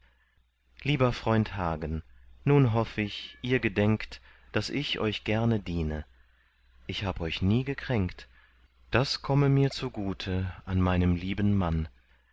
lieber freund hagen nun hoff ich ihr gedenkt daß ich euch gerne diene ich hab euch nie gekränkt das komme mir zugute an meinem lieben mann